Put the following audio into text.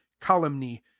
calumny